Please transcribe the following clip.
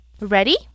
Ready